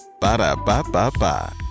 Ba-da-ba-ba-ba